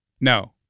no